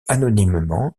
anonymement